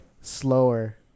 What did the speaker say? slower